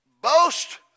Boast